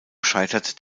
scheitert